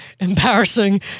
embarrassing